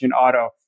auto